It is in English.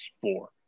four